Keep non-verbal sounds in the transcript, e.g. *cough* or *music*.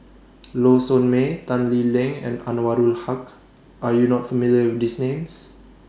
*noise* Low Sanmay Tan Lee Leng and Anwarul Haque Are YOU not familiar with These Names